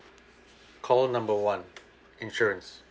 call number one insurance